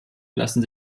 lassen